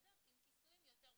עם כיסויים יותר גבוהים.